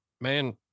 man